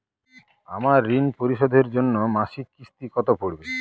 আমার ঋণ পরিশোধের জন্য মাসিক কিস্তি কত পড়বে?